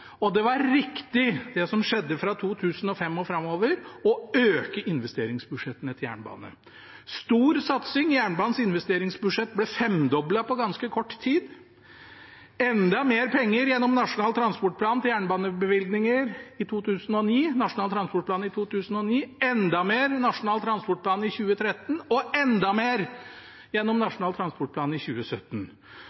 og det var riktig – det som skjedde fra 2005 og framover – å øke investeringsbudsjettene til jernbanen. Det var en stor satsing. Jernbanens investeringsbudsjett ble femdoblet på ganske kort tid – enda mer penger til jernbanebevilgninger gjennom Nasjonal transportplan i 2009, enda mer gjennom Nasjonal transportplan i 2013 og enda mer gjennom